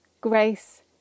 Grace